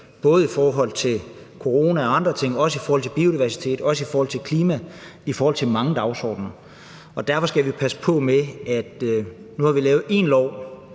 både i forhold til corona og andre ting, også i forhold til biodiversitet og også i forhold til klima – i forhold til mange dagsordener. Derfor skal vi passe på. Nu har vi lavet en lov